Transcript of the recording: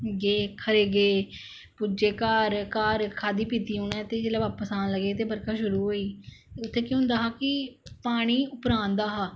गे पुज्जे घार घार खाद्धी पीती उनें ते जिसले बापस आन लगे ते बर्खा शुरु होई गेई उत्थै के्ह होंदा हा कि पानी उप्परा आंदा हा